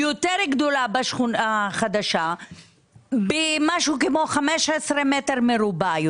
גדולה יותר במשהו כמו 15 מטר מרובע,